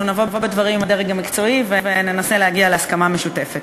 אנחנו נבוא בדברים עם הדרג המקצועי וננסה להגיע להסכמה משותפת.